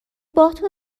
باهاتون